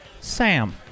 Sam